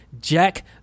Jack